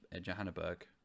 Johannesburg